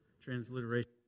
transliteration